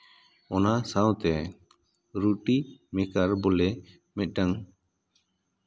ᱚᱱᱟ ᱥᱟᱶᱛᱮ ᱨᱩᱴᱤ ᱢᱮᱠᱟᱨ ᱵᱚᱞᱮ ᱢᱤᱫᱴᱟᱱ